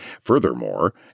Furthermore